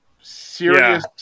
serious